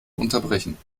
unterbrechen